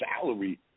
salary